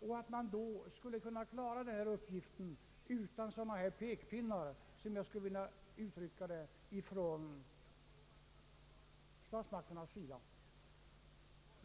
och att man borde kunna klara den här uppgiften utan ”pekpinnar” från statsmakternas sida.